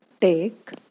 take